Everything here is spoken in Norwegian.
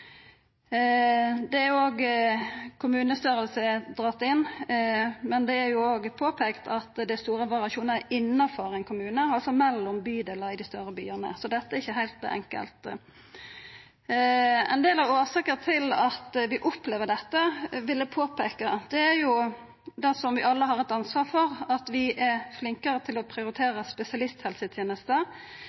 er òg påpeikt at det er store variasjonar innanfor ein kommune, og også mellom bydelar i dei større byane, så dette er ikkje heilt enkelt. Ein del av årsaka til at vi opplever dette, vil eg påpeika, er det som vi alle har eit ansvar for, at vi er flinke til å prioritera